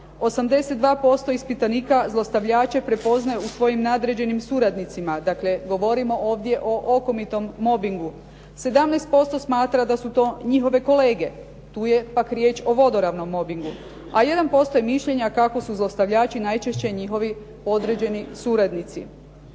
82% ispitanika zlostavljače prepoznaje u svojim nadređenim suradnicima, dakle, govorimo ovdje o okomitom mobingu. 17% smatra da su to njihove kolege, tu je pak riječ o vodoravnom mobingu, a 1% je mišljenja kako su zlostavljači najčešće njihovi podređeni suradnici.